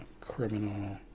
Criminal